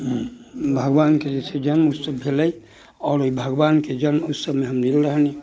भगवानके जे छै से जनम भेलै आओर भगवानके जन्म ओइ समय भेल रहनि